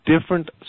different